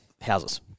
houses